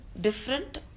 different